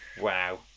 wow